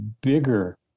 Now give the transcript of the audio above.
bigger